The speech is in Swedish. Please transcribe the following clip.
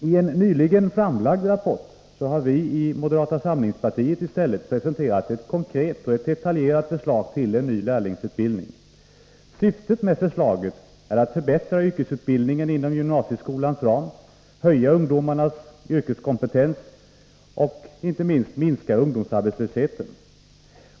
I en nyligen framlagd rapport har vi i moderata samlingspartiet i stället presenterat ett konkret och detaljerat förslag till ny lärlingsutbildning. Syftet med förslaget är att förbättra yrkesutbildningen inom gymnasieskolans ram, höja ungdomarnas yrkeskompetens och inte minst minska ungdomsarbetslösheten.